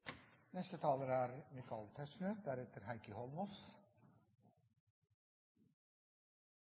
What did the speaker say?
Neste taler er